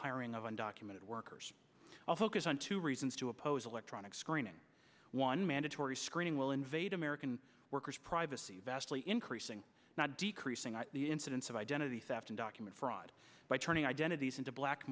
hiring of undocumented workers all focus on two reasons to oppose electronic screening one mandatory screening will invade american workers privacy vastly increasing not creasing the incidence of identity theft and document fraud by turning identities into black